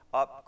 up